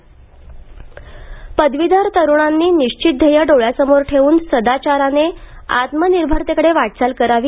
पदवीधर तरूण पदवीधर तरुणांनी निश्चित ध्येय डोळ्यासमोर ठेवून सदाचाराने आत्मनिर्भरतेकडे वाटचाल करावी